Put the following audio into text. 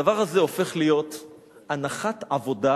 הדבר הזה הופך להיות הנחת עבודה